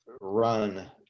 run